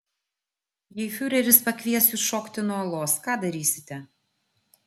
jei fiureris pakvies jus šokti nuo uolos ką darysite